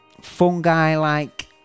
fungi-like